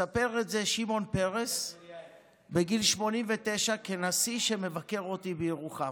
מספר את זה שמעון פרס בגיל 89 כנשיא שמבקר אותי בירוחם,